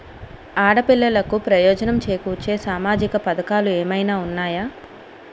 ఆడపిల్లలకు ప్రయోజనం చేకూర్చే సామాజిక పథకాలు ఏమైనా ఉన్నాయా?